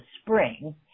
spring